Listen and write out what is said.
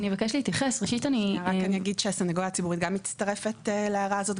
אני רק אגיד שהסניגוריה הציבורית גם מצטרפת להערה הזאת.